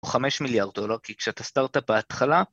או חמש מיליארד דולר, כי כשאתה סטארט-אפ בהתחלה...